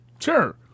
Sure